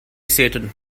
satan